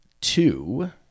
two –